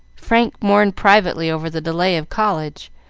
frank mourned privately over the delay of college,